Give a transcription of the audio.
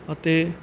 ਅਤੇ